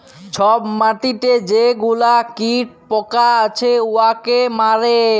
ছব মাটিতে যে গুলা কীট পকা হছে উয়াকে মারে